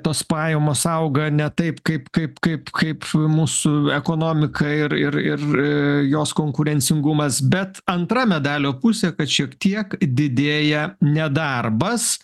tos pajamos auga ne taip kaip kaip kad kaip mūsų ekonomika ir ir jos konkurencingumas bet antra medalio pusė kad šiek tiek didėja nedarbas